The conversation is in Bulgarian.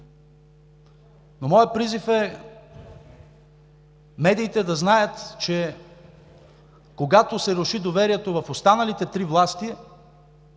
но моят призив е медиите да знаят, че когато се руши доверието в останалите три власти,